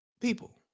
people